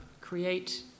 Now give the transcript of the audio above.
create